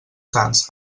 sants